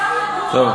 טוב,